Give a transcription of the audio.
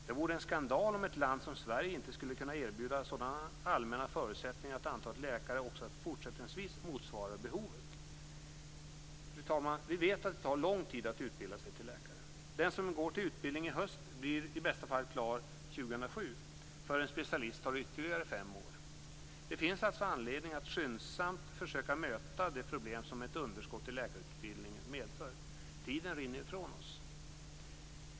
Det vore en skandal om ett land som Sverige inte skulle kunna erbjuda sådana allmänna förutsättningar att antalet läkare också fortsättningsvis motsvarar behovet. Fru talman! Vi vet att det tar lång tid att utbilda sig till läkare. Den som går till utbildning i höst blir i bästa fall klar 2007. För en specialist tar det ytterligare fem år. Det finns alltså anledning att skyndsamt försöka möta det problem som ett underskott i läkarutbildningen medför - tiden rinner ifrån oss.